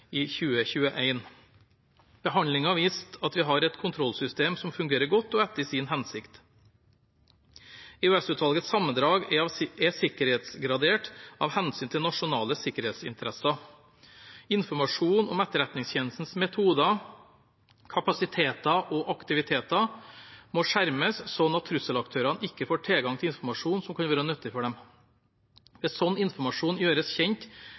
i 2021. Behandlingen viste at vi har et kontrollsystem som fungerer godt og etter sin hensikt. EOS-utvalgets sammendrag er sikkerhetsgradert av hensyn til nasjonale sikkerhetsinteresser. Informasjon om Etterretningstjenestens metoder, kapasiteter og aktiviteter må skjermes, sånn at trusselaktørene ikke får tilgang til informasjon som kunne være nyttig for dem. Hvis sånn informasjon gjøres kjent,